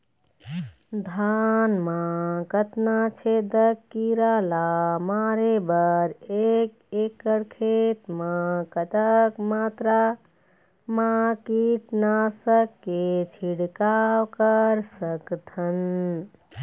धान मा कतना छेदक कीरा ला मारे बर एक एकड़ खेत मा कतक मात्रा मा कीट नासक के छिड़काव कर सकथन?